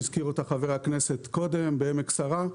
שהזכיר אותה חבר הכנסת קודם בעמק שרה,